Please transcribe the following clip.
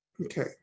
Okay